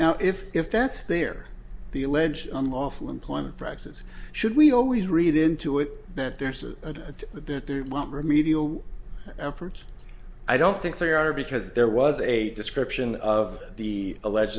now if if that's their the alleged unlawful employment practices should we always read into it that there's a remedial effort i don't think they are because there was a description of the alleged